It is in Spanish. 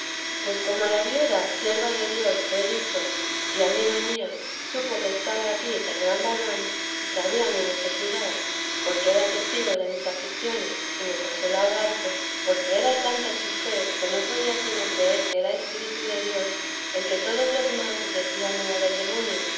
pues como la viuda sierva de dios que he dicho y amiga mía supo que estaba aquí tan gran varón y sabía mi necesidad porque era testigo de mis aflicciones y me consolaba harto porque era tanta su fe que no podía sino creer que era espíritu de dios el que todos los más decían era del demonio